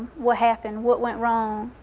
what happened? what went wrong?